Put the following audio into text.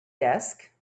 desk